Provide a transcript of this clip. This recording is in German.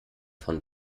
von